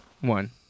One